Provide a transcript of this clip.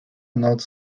noc